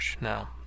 now